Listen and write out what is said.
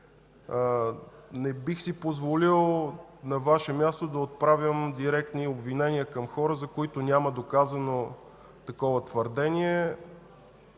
Не бих си позволил на Ваше място да отправям директни обвинения към хора, за които няма доказано такова твърдение.